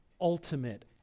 ultimate